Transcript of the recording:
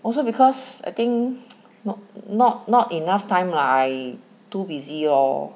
also because I think not not not enough time lah I too busy lor